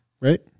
Right